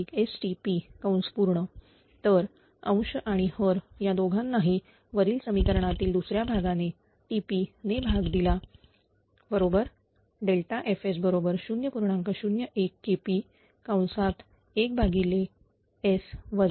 01KP1S 𝑇𝑝1STP तर अंश आणि हर या दोघांनाही वरील समीकरणातील दुसऱ्या भागाने 𝑇𝑝 ने भाग दिला बरोबर F 0